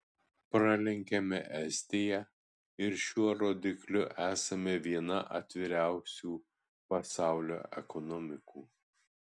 pralenkėme estiją ir šiuo rodikliu esame viena atviriausių pasaulių ekonomikų